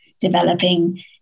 developing